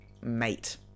mate